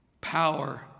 Power